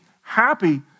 happy